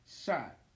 shot